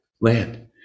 land